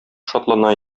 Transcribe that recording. шатлана